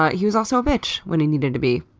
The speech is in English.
ah he was also a bitch when he needed to be.